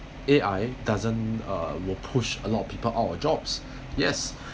A_I doesn't uh will push a lot of people out of jobs yes